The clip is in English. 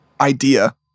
idea